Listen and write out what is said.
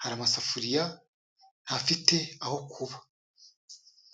hari amasafuriya ntafite aho kuba.